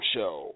Show